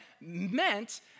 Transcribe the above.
meant